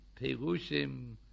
perushim